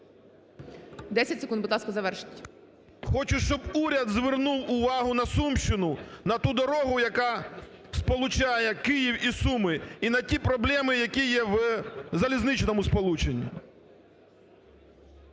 Хочу, щоб уряд звернув увагу на Сумщину, на ту дорогу, яка сполучає Київ і Суми, і на ті проблеми, які є в залізничному сполучені.